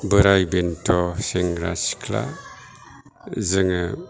बोराइ बेन्थ' सेंग्रा सिख्ला जोङो